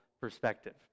perspective